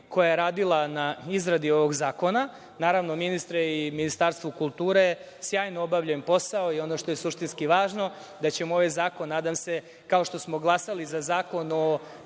koja je radila na izradi ovog zakona. Naravno, ministru i Ministarstvu kulture, sjajno obavljen posao i ono što je suštinski važno, da ćemo ovaj zakon nadam se, kao što smo glasali za Zakon o